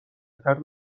طرز